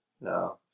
no